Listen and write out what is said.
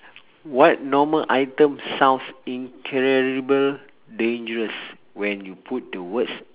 what normal item sounds incredible dangerous when you put the words